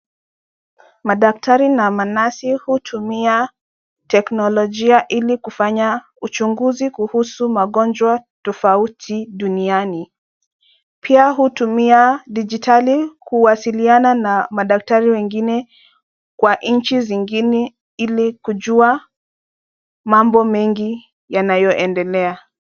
Madaktari na manesi, hutumia teknolojia ili kufanya uchunguzi kuhusu magonjwa tofauti duniani. Pia hutumia dijitali kuwasiliana na madaktari wengine wa nchi zingine ili kujua mambo mengi yanayoendelea.